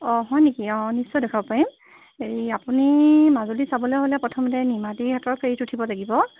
অঁ হয় নেকি অঁ নিশ্চয় দেখাব পাৰিম এই আপুনি মাজুলী চাবলৈ হ'লে প্ৰথমতে নিমাতিঘাটৰ ফেৰীত উঠিব লাগিব